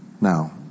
Now